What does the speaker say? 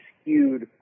skewed